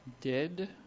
dead